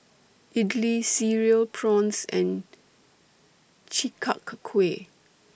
Idly Cereal Prawns and Chi Kak Kuih